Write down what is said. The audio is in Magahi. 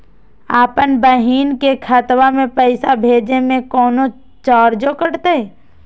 अपन बहिन के खतवा में पैसा भेजे में कौनो चार्जो कटतई?